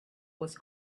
was